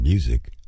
Music